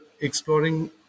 exploring